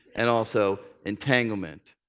and also entanglement.